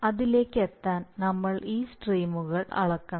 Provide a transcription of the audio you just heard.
അതിലേക്ക് എത്താൻ നമ്മൾ ഈ സ്ട്രീമുകൾ അളക്കണം